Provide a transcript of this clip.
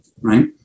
right